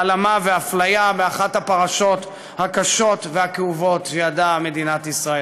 העלמה ואפליה באחת הפרשות הקשות והכואבות שידעה מדינת ישראל.